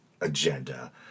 agenda